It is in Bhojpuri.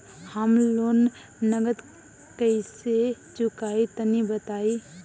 हम लोन नगद कइसे चूकाई तनि बताईं?